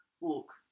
walk